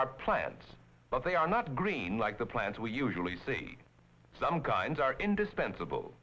are plants but they are not green like the plants we usually see some kinds are indispensable